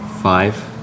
Five